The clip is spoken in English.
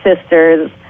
sisters